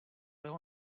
jeho